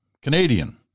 Canadian